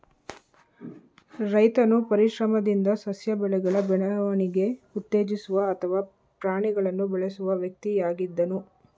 ರೈತನು ಪರಿಶ್ರಮದಿಂದ ಸಸ್ಯ ಬೆಳೆಗಳ ಬೆಳವಣಿಗೆ ಉತ್ತೇಜಿಸುವ ಅಥವಾ ಪ್ರಾಣಿಗಳನ್ನು ಬೆಳೆಸುವ ವ್ಯಕ್ತಿಯಾಗಿದ್ದನು